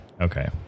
Okay